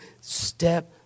step